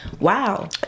wow